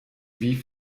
wie